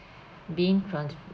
being